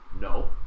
no